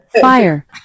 fire